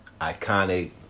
Iconic